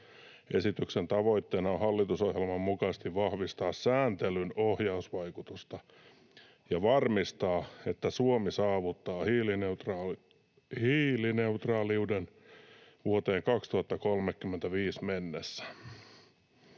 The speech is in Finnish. Esityksen tavoitteena on hallitusohjelman mukaisesti vahvistaa sääntelyn ohjausvaikutusta ja varmistaa, että Suomi saavuttaa hiilineutraaliuden vuoteen 2035 mennessä.”